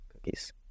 cookies